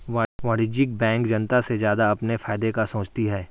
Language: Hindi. वाणिज्यिक बैंक जनता से ज्यादा अपने फायदे का सोचती है